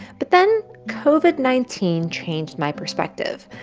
but then covid nineteen changed my perspective.